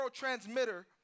neurotransmitter